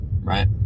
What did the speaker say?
right